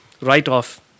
write-off